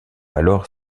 alors